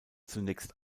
zunächst